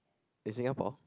in Singapore